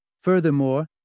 Furthermore